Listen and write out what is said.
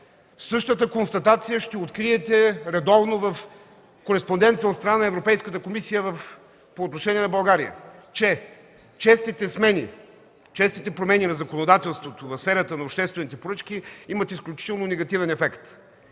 Същата констатация ще откриете редовно в кореспонденцията от страна на Европейската комисия по отношение на България – че честите промени на законодателството в сферата на обществените поръчки имат изключително негативен ефект